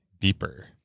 deeper